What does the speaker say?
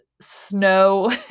snow